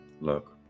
Look